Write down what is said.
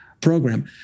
program